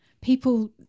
people